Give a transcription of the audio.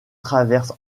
traverse